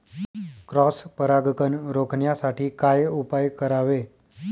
Cross परागकण रोखण्यासाठी काय उपाय करावे?